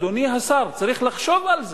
אדוני השר, צריך לחשוב על זה.